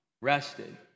Rested